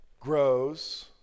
grows